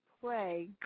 play